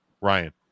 Ryan